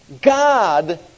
God